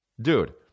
Dude